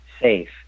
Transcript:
safe